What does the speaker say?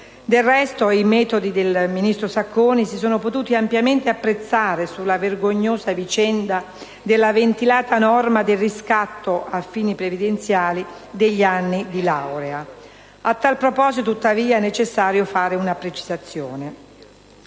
Del resto, i metodi del ministro Sacconi si sono potuti ampiamente apprezzare sulla vergognosa vicenda della ventilata norma del riscatto a fini previdenziali degli anni di laurea. A tal proposito tuttavia, è necessario fare una precisazione: